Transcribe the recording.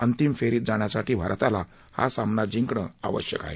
अंतिम फेरीत जाण्यासाठी भारताला हा सामना जिंकणं आवश्यक आहे